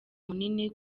munini